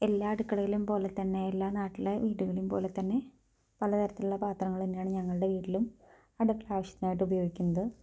എല്ലാ അടുക്കളയിലേയും പോലെ തന്നെ എല്ലാ നാട്ടിലെ വീടുകളേമ് പോലെ തന്നെ പല തരത്തിലുള്ള പാത്രങ്ങള് തന്നെയാണ് ഞങ്ങളുടെ വീട്ടിലും അടുക്കള ആവശ്യത്തിനായിട്ട് ഉപയോഗിക്കുന്നത്